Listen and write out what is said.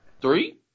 three